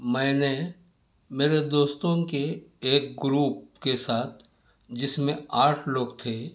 میں نے میرے دوستوں کے ایک گروپ کے ساتھ جس میں آٹھ لوگ تھے